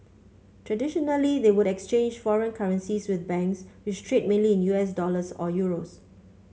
traditionally they would exchange foreign currencies with banks which trade mainly in U S dollars or euros